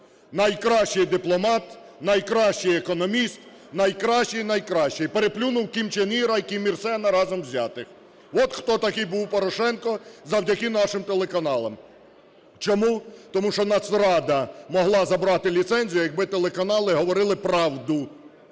найкращий дипломат, найкращий економіст, найкращий-найкращий… і переплюнув Кім Чен Іра і Кім Ір Сена разом взятих. От, хто такий був Порошенко завдяки нашим телеканалам. Чому? Тому що Нацрада могла забрати ліцензію, якби телеканали говорили правду.